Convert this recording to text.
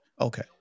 Okay